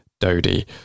Dodie